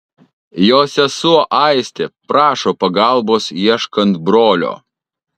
jo sesuo aistė prašo pagalbos ieškant brolio